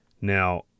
Now